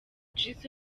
jizzo